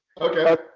Okay